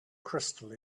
crystal